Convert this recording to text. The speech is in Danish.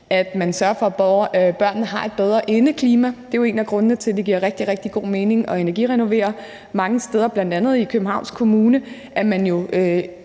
at man sørger for, at børnene har et bedre indeklima, er jo en af grundene til, at det giver rigtig, rigtig god mening at energirenovere. Mange steder, bl.a. i Københavns Kommune, er man jo